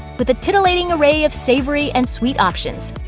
with a titillating array of savory and sweet options.